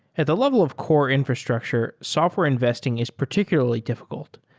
at the level of core infrastructure, software investing is particularly difficult.